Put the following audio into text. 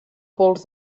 pols